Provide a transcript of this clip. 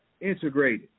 integrated